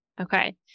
okay